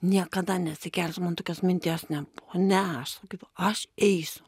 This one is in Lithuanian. niekada nesikelsiu man tokios minties nebuvo ne aš kaip aš eisiu